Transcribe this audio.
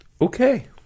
Okay